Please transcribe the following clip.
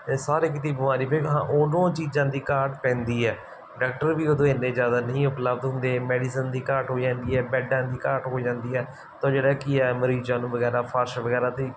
ਇਹ ਸਾਰੇ ਕਿਤੇ ਹੀ ਬਿਮਾਰੀ ਪਈ ਹਾਂ ਉਦੋਂ ਚੀਜ਼ਾਂ ਦੀ ਘਾਟ ਪੈਂਦੀ ਹੈ ਡਾਕਟਰ ਵੀ ਉਦੋਂ ਇੰਨੇ ਜ਼ਿਆਦਾ ਨਹੀਂ ਉਪਲੱਬਧ ਹੁੰਦੇ ਮੈਡੀਸਨ ਦੀ ਘਾਟ ਹੋ ਜਾਂਦੀ ਹੈ ਬੈਡਾਂ ਦੀ ਘਾਟ ਹੋ ਜਾਂਦੀ ਹੈ ਤਾਂ ਜਿਹੜਾ ਕਿ ਮਰੀਜ਼ਾਂ ਨੂੰ ਵਗੈਰਾ ਵਗੈਰਾ ਦੀ